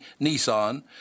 Nissan